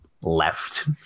left